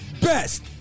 best